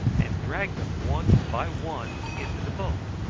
and dragged them one by one into the boat.